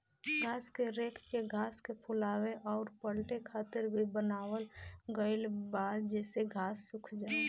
घास के रेक के घास के फुलावे अउर पलटे खातिर भी बनावल गईल बा जेसे घास सुख जाओ